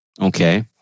Okay